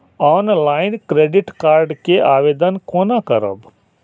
Online credit card के आवेदन कोना करब?